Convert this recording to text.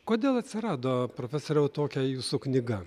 kodėl atsirado profesoriau tokia jūsų knyga